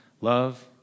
love